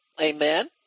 Amen